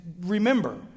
remember